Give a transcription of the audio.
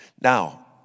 Now